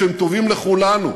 שהם טובים לכולנו,